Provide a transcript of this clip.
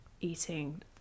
eating